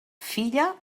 filla